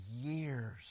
years